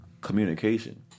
communication